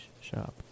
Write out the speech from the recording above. shop